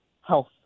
health